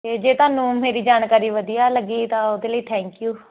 ਤੇ ਜੇ ਤੁਹਾਨੂੰ ਮੇਰੀ ਜਾਣਕਾਰੀ ਵਧੀਆ ਲੱਗੀ ਤਾਂ ਉਹਦੇ ਲਈ ਥੈਂਕਯੂ